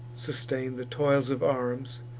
sustain'd the toils of arms,